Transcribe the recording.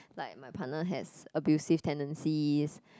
like my partner has abusive tendencies